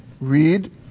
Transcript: read